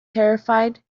terrified